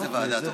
ואת זה,